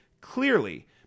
clearly